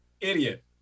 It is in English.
idiot